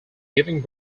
giving